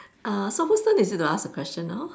uh so whose turn is it to ask a question now